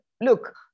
look